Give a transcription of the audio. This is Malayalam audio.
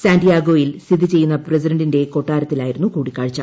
സാന്റിയാഗോയിൽ സ്ഥിതി ചെയ്യുന്ന പ്രസിഡന്റിന്റെ കൊട്ടാരത്തിലായിരുന്നു കൂടിക്കാഴ്ച